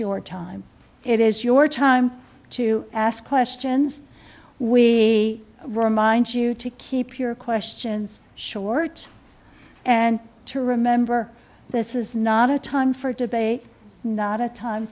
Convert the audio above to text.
your time it is your time to ask questions we remind you to keep your questions short and to remember this is not a time for debate not a time